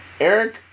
Eric